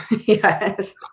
Yes